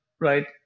right